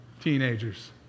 teenagers